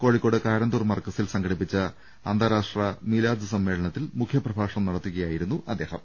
കോഴിക്കോട് കാരന്തൂർ മർകസിൽ സംഘടിപ്പിച്ച അന്താരാഷ്ട്ര മീലാദ് സമ്മേളനത്തിൽ മുഖ്യപ്രഭാഷണം നടത്തുകയായിരുന്നു അദ്ദേഹം